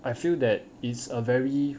I feel that it's a very